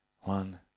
one